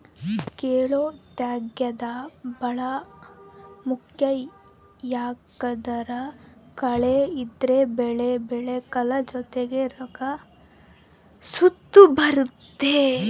ಕಳೇ ತೆಗ್ಯೇದು ಬಾಳ ಮುಖ್ಯ ಯಾಕಂದ್ದರ ಕಳೆ ಇದ್ರ ಬೆಳೆ ಬೆಳೆಕಲ್ಲ ಜೊತಿಗೆ ರೋಗ ಸುತ ಬರ್ತತೆ